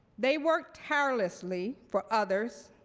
they worked tirelessly for others.